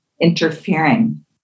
interfering